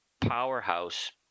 powerhouse